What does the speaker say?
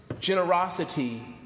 generosity